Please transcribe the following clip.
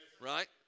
Right